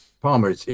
Palmer